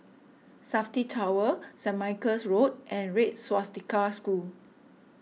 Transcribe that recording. Safti Tower Saint Michael's Road and Red Swastika School